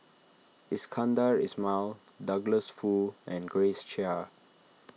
Iskandar Ismail Douglas Foo and Grace Chia